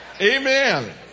Amen